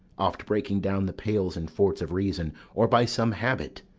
oft breaking down the pales and forts of reason or by some habit,